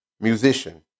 musician